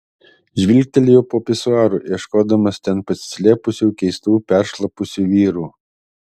žvilgtelėjau po pisuaru ieškodamas ten pasislėpusių keistų peršlapusių vyrų